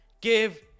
Give